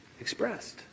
expressed